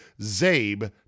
ZABE